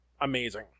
amazing